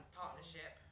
partnership